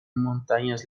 montañas